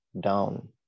down